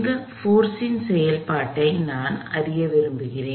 இந்த போர்ஸ் இன் செயல்பாட்டை நான் அறிய விரும்புகிறேன்